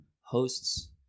hosts